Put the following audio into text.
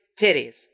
titties